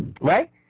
right